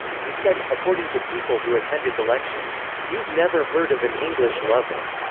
he said, according to people who attended the lecture. you've never heard of an english lover.